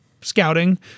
scouting